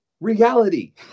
reality